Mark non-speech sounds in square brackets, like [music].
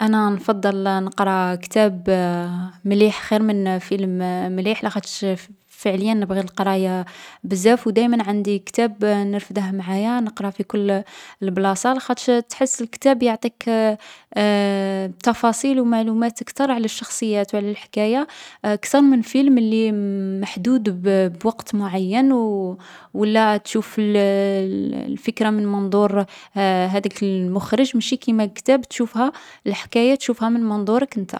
أنا نفضّل نقرا كتاب مليح خير من فيلم مليح لاخاطش، نبغي القراية بزاف و دايما عندي كتاب نرفده معايا، نقرا في كل البلاصة. لاخاطش تحس الكتاب يعطيك [hesitation] تفاصيل و معلومات كتر على الشخصيات و على الحكاية كتر من الفيلم لي محدود بوقت معيّن و لا يعطيك الفكرة من منظور هاذاك المخرج ماشي كيما الكتاب. يعني، الحكاية تشوفها من منظورك انت.